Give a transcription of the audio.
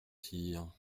sire